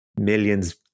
millions